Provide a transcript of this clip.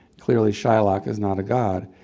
clearly, shylock is not a god.